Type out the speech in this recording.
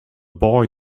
boy